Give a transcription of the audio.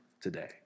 today